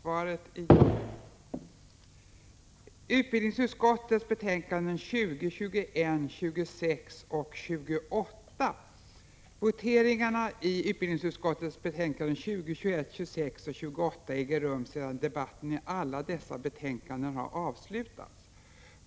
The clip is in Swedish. Voteringarna i utbildningsutskottets betänkanden 20, 21, 26 och 28 äger rum sedan debatten i alla dessa betänkanden har avslutats.